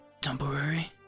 temporary